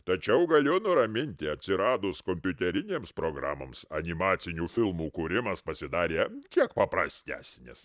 tačiau galiu nuraminti atsiradus kompiuterinėms programoms animacinių filmų kūrimas pasidarė kiek paprastesnis